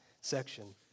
section